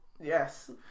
Yes